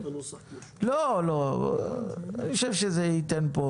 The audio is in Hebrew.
אני חושב שזה ייתן פה